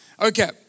Okay